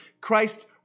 Christ